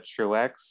Truex